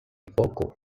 poco